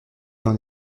dans